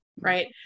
right